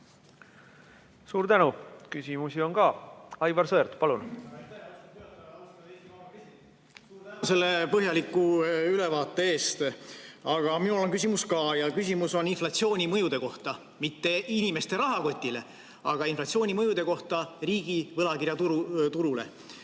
Suur tänu! Küsimusi on ka. Aivar Sõerd, palun!